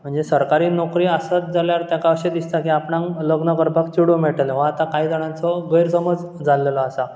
म्हणजे सरकारी नोकरी आसत जाल्यार ताका अशें दिसता की आपणांक लग्न करपाक चेडूं मेळटलें वो आतां कांय जाणांचो गैरसमज जाल्ललो आसा